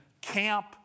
camp